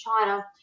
China